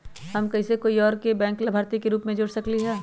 हम कैसे कोई और के बैंक लाभार्थी के रूप में जोर सकली ह?